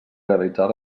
realitzar